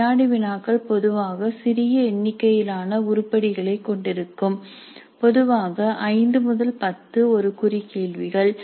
வினாடி வினாக்கள் பொதுவாக சிறிய எண்ணிக்கையிலான உருப்படிகளைக் கொண்டிருக்கும் பொதுவாக 5 முதல் 10 ஒரு குறி கேள்விகள்